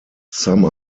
some